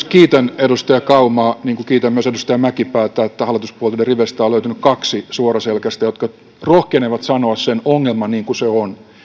kiitän edustaja kaumaa niin kuin kiitän myös edustaja mäkipäätä että hallituspuolueiden riveistä on löytynyt kaksi suoraselkäistä jotka rohkenevat sanoa sen ongelman niin kuin se on